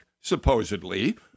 supposedly